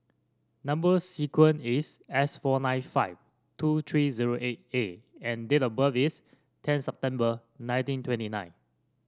number sequence is S four nine five two three zero eight A and date of birth is tenth September nineteen twenty nine